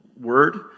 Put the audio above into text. word